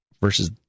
versus